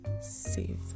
Save